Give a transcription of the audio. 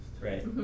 Right